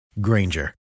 Granger